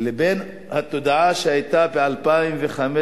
לבין התודעה שהיתה ב-2005,